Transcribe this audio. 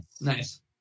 nice